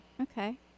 Okay